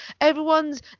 everyone's